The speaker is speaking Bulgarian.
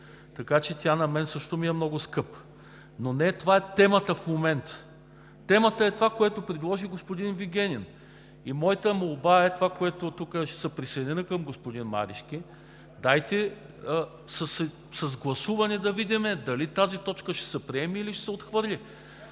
така че тя на мен също ми е много скъпа. Не това е темата в момента. Темата е това, което предложи господин Вигенин. Моята молба е, аз ще се присъединя към господин Марешки, дайте с гласуване да видим тази точка дали ще се приеме, или ще се отхвърли.